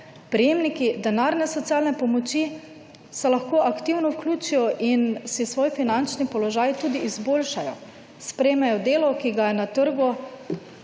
Prejemniki denarne socialne pomoči se lahko aktivno vključijo in si svoj finančni položaj tudi izboljšajo. Sprejmejo delo, ki ga je na trgu